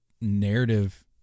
narrative